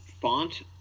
font